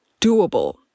doable